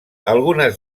algunes